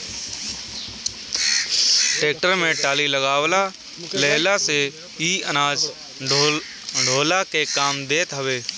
tractor में टाली लगवा लेहला से इ अनाज ढोअला के काम देत हवे